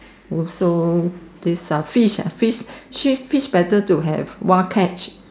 also this ah fish ah fish she fish better to have wild catch